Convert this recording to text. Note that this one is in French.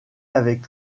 avec